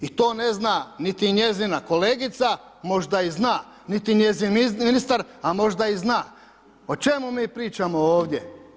I to ne zna niti njezina kolegica, možda i zna, niti njezin ministar, a možda i zna, o čemu mi pričamo ovdje?